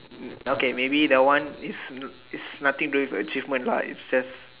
um okay maybe that one is is nothing do with achievement lah it's just